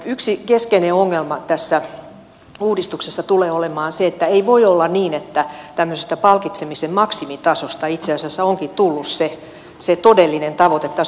yksi keskeinen ongelma tässä uudistuksessa tulee olemaan se että ei voi olla niin että tämmöisestä palkitsemisen maksimitasosta itse asiassa onkin tullut se todellinen tavoitetaso